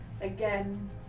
again